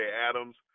Adams